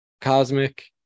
Cosmic